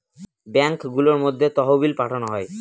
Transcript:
ব্যাঙ্কগুলোর মধ্যে তহবিল পাঠানো হয়